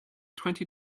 twenty